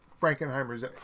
Frankenheimer's